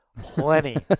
plenty